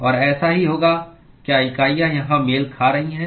और ऐसा ही होगा क्या इकाइयाँ यहाँ मेल खा रही हैं